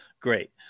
great